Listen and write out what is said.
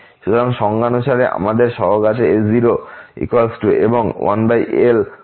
সুতরাং সংজ্ঞা অনুসারে আমাদের সহগ আছে a0 1l llf dx এবং 1l হবে 2